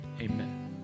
Amen